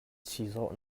chizawh